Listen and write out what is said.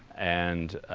and